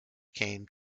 came